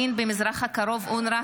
זכויות לאנשים עם מוגבלות (תיקון מס' 22 והוראת שעה) (תיקון),